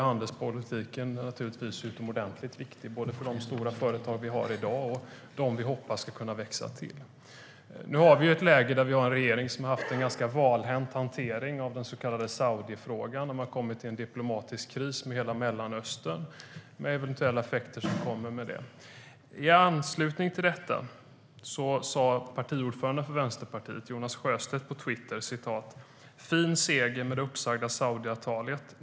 Handelspolitiken är naturligtvis utomordentligt viktig för både de stora företag vi har i dag och de företag vi hoppas ska kunna växa till.I anslutning till detta sa partiordföranden för Vänsterpartiet, Jonas Sjöstedt, på Twitter:"Fin seger med det uppsagda Saudiavtalet.